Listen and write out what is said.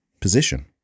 position